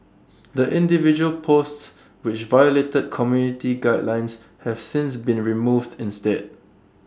the individual posts which violated community guidelines have since been removed instead